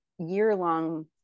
year-long